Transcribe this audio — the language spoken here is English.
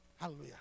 Hallelujah